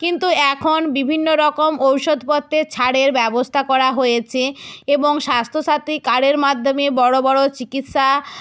কিন্তু এখন বিভিন্ন রকম ঔষধপত্রের ছাড়ের ব্যবস্থা করা হয়েছে এবং স্বাস্থ্যসাথী কার্ডের মাধ্যমে বড় বড় চিকিৎসা